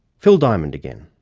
phil diamond again.